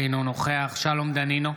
אינו נוכח שלום דנינו,